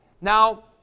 Now